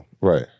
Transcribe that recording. Right